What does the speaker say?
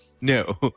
No